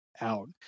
out